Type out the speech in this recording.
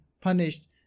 punished